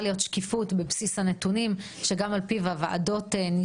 אמרתי את זה גם בוועדה - אני למדתי רפואה לפני הרבה שנים